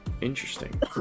interesting